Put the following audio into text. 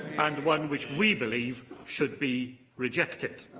and one which we believe should be rejected.